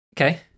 Okay